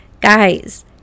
guys